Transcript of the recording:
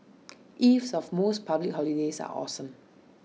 eves of most public holidays are awesome